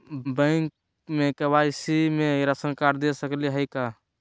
Bank में KYC में ration card दे सकली हई का?